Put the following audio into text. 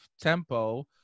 Tempo